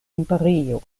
imperio